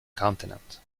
continent